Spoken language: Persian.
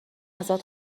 ازت